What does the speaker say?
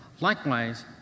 Likewise